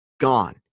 gone